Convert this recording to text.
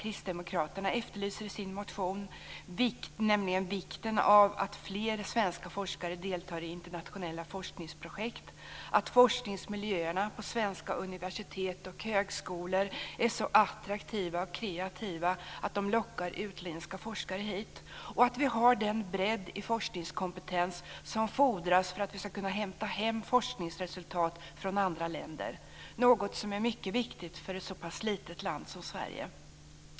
Kristdemokraterna efterlyser i sin motion, nämligen vikten av att fler svenska forskare deltar i internationella forskningsprojekt, att forskningsmiljöerna på svenska universitet och högskolor är så attraktiva och kreativa att de lockar utländska forskare hit och att vi har den bredd i forskningskompetens som fordras för att vi ska kunna hämta hem forskningsresultat från andra länder. Detta är mycket viktigt för ett så pass litet land som Sverige.